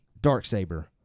Darksaber